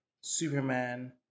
Superman